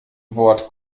wort